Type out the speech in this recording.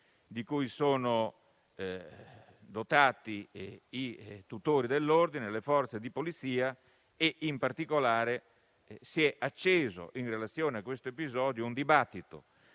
dotazioni dei tutori dell'ordine e le Forze di polizia. In particolare, si è acceso in relazione a quest'episodio un dibattito